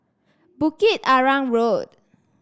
Bukit Arang Road